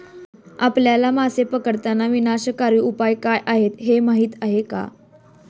आपल्या मासे पकडताना विनाशकारी उपाय काय आहेत हे माहीत आहे का?